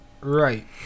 Right